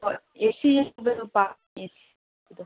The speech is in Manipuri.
ꯍꯣꯏ ꯑꯦ ꯁꯤ ꯌꯥꯎꯕꯗꯨ ꯄꯥꯝꯃꯤ